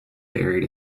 buried